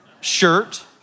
shirt